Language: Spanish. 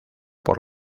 por